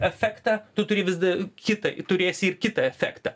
efektą tu turi visada kitą turėsi ir kitą efektą